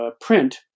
print